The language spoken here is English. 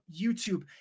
YouTube